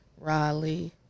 raleigh